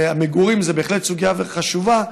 והמגורים הם בהחלט סוגיה חשובה,